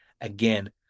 again